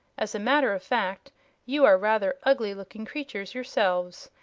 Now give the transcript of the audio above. as a matter of fact you are rather ugly-looking creatures yourselves,